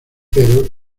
pero